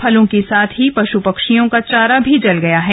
फलों के साथ ही पश् पक्षियों का चारा भी जल गया है